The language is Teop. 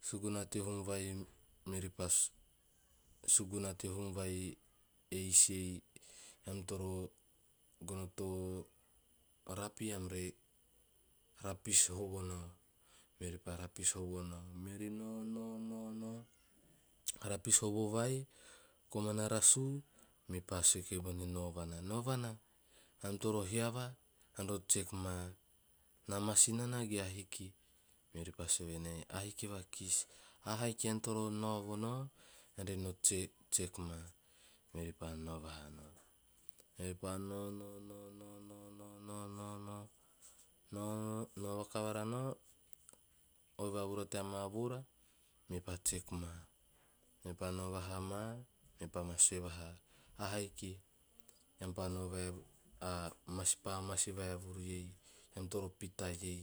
Suguna teo huum vai meori pas, suguna teo huum vai eis ei eam toro gono to rapi eam re rapis hovo nao, meori pa rapis hovo nao, meori noa noa noa noa, rapis hovo vai, komana rasu me pa sue ki bona naovana, "naovana eam toro hiava ean re check maa, na masi nana ge ahiki." Meoripa sue venei, "ahiki vakis, a haiken toro novo, ean re no check- check ma." Meori pa nao vahanao, e pa nao nao nao nao nao nao nao nao nao, noa vakavara noa, oi vavura tea maa voora, meori check maa. Me pa nao vaha ma mepa maa sue vaha " ahaiki ken pa nao vae vuru ah masi pa masi vae vuru iei, eam toro pita ei."